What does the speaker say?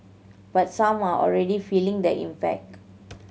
but some are already feeling the impact